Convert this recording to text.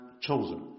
chosen